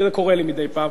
זה קורה לי מדי פעם,